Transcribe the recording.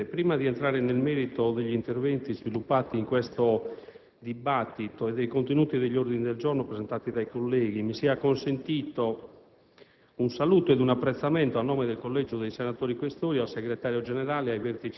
colleghi, prima di entrare nel merito degli interventi sviluppati in questo dibattito e dei contenuti degli ordini del giorno presentati dai colleghi mi sia consentito